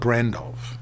Randolph